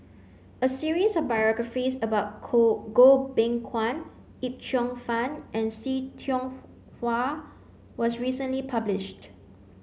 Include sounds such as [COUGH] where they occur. a series of biographies about [UNINTELLIGIBLE] Goh Beng Kwan Yip Cheong Fun and See Tiong [NOISE] Wah was recently published